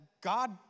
God